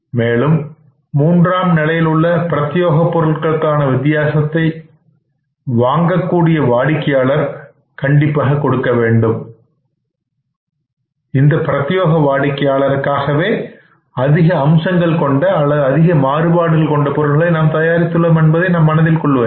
மேலும் மூன்றாம் நிலையில் உள்ள பிரத்தியோக பொருளுக்கான வித்தியாசத்தை வாங்கக்கூடிய வாடிக்கையாளர் கொடுக்க வேண்டும்